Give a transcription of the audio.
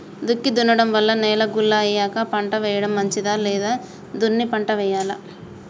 దుక్కి దున్నడం వల్ల నేల గుల్ల అయ్యాక పంట వేయడం మంచిదా లేదా దున్ని పంట వెయ్యాలా?